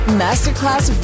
masterclass